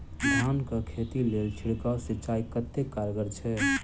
धान कऽ खेती लेल छिड़काव सिंचाई कतेक कारगर छै?